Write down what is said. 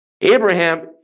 Abraham